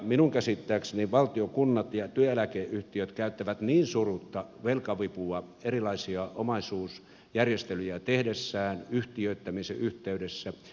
minun käsittääkseni valtio kunnat ja työeläkeyhtiöt käyttävät surutta velkavipua erilaisia omaisuusjärjestelyjä tehdessään yhtiöittämisen yhteydessä